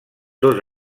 dos